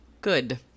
good